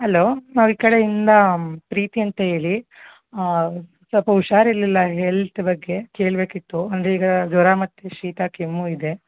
hello ನಾವು ಈ ಕಡೆಯಿಂದ ಪ್ರೀತಿ ಅಂತೇಳಿ ಸ್ವಲ್ಪ ಹುಷಾರು ಇರಲಿಲ್ಲ ಹೆಲ್ತ್ ಬಗ್ಗೆ ಕೇಳಬೇಕಿತ್ತು ಅಂದರೆ ಈಗ ಜ್ವರ ಮತ್ತು ಶೀತ ಕೆಮ್ಮು ಇದೆ